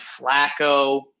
Flacco